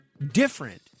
different